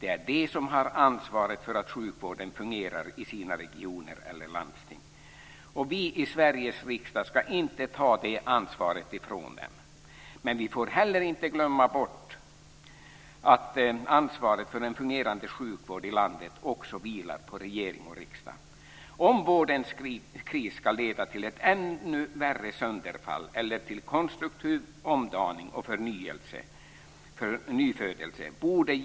Det är de som har ansvaret för att sjukvården fungerar i sina regioner eller landsting. Men vi får heller inte glömma bort att ansvaret för en fungerande sjukvård i landet också vilar på regering och riksdag. Det beror givetvis inte bara på oss om vårdens kris ska leda till ännu värre sönderfall eller till konstruktiv omdaning och nyfödelse.